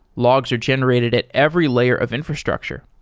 logs are generated at every layer of infrastructure.